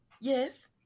yes